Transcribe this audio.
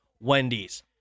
Wendy's